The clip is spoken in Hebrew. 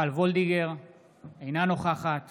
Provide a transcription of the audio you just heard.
אינה נוכחת